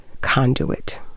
conduit